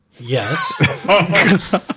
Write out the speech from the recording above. Yes